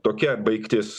tokia baigtis